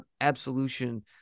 absolution